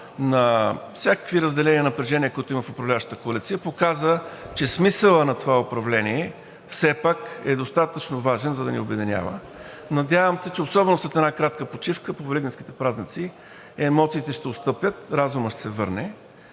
на всякакви разделения и напрежения, които има в управляващата коалиция, показа, че смисълът на това управление все пак е достатъчно важен, за да ни обединява. Надявам се, че особено след една кратка почивка по Великденските празници емоциите ще отстъпят, разумът ще се върне